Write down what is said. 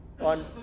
on